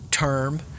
term